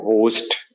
host